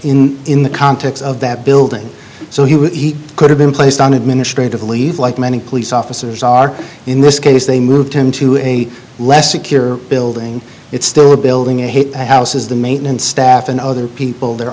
such in the context of that building so he would eat could have been placed on administrative leave like many police officers are in this case they moved him to a less secure building it's still a building a hit the houses the maintenance staff and other people their